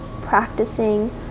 Practicing